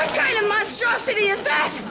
kind of monstrosity is that?